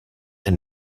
and